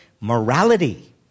morality